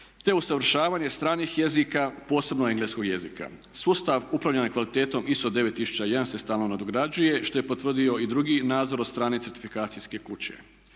te usavršavanje stranih jezika posebno engleskog jezika. Sustav upravljanja kvalitetom ISO9001 se stalno nadograđuje što je potvrdio i drugi nadzor od strane certifikacijske kuće.